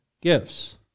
gifts